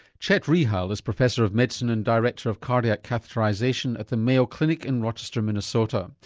chet rihal is professor of medicine and director of cardiac catheterisation at the mayo clinic in rochester, minnesota.